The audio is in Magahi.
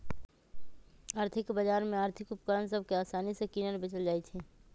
आर्थिक बजार में आर्थिक उपकरण सभ के असानि से किनल बेचल जाइ छइ